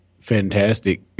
fantastic